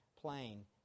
plane